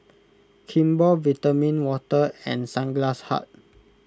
Kimball Vitamin Water and Sunglass Hut